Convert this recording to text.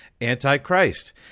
anti-Christ